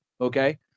Okay